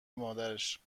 مادرش